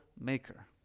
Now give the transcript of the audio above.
maker